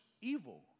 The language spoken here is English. evil